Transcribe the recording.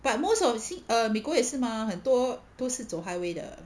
but most of the 新 err 美国也是吗很多都是走 highway 的